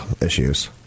issues